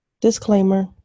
disclaimer